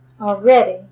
already